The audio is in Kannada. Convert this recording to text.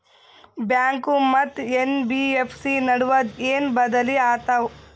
ಬ್ಯಾಂಕು ಮತ್ತ ಎನ್.ಬಿ.ಎಫ್.ಸಿ ನಡುವ ಏನ ಬದಲಿ ಆತವ?